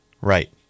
Right